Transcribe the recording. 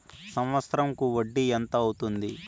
సంవత్సరం కు వడ్డీ ఎంత అవుతుంది?